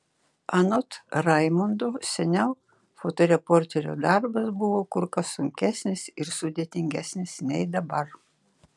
anot raimundo seniau fotoreporterio darbas buvo kur kas sunkesnis ir sudėtingesnis nei dabar